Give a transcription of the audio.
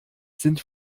sind